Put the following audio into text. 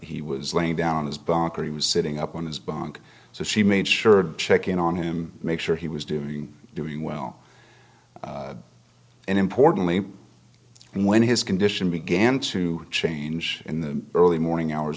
he was laying down on his bunker he was sitting up on his bunk so she made sure to check in on him make sure he was doing doing well and importantly and when his condition began to change in the early morning hours